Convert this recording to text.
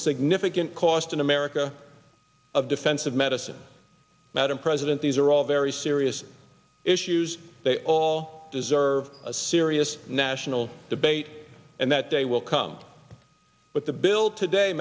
significant cost in america of defensive medicine madam president these are all very serious issues they all deserve a serious national debate and that day will come but the bill today